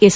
S